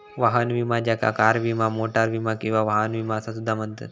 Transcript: वाहन विमा ज्याका कार विमा, मोटार विमा किंवा वाहन विमा असा सुद्धा म्हणतत